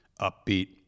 upbeat